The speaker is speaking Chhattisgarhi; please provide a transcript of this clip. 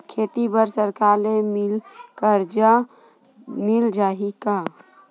खेती बर सरकार ले मिल कर्जा मिल जाहि का?